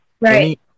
Right